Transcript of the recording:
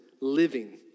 living